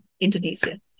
Indonesia